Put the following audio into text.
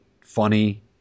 funny